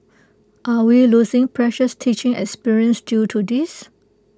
are we losing precious teaching experience due to this